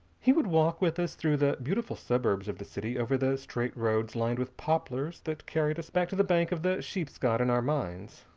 he would walk with us through the beautiful suburbs of the city, over straight roads lined with poplars that carried us back to the bank of the sheepscot in our minds.